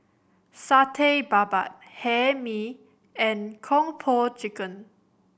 Satay Babat Hae Mee and Kung Po Chicken